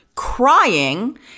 crying